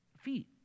feet